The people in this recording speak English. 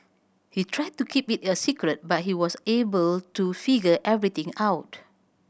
they tried to keep it a secret but he was able to figure everything out